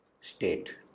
state